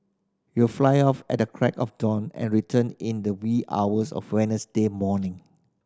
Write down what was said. you'll fly off at the crack of dawn and return in the wee hours of Wednesday morning